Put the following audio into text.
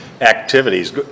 activities